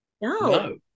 No